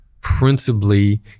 principally